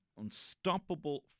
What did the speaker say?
unstoppable